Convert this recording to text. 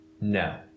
No